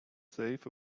save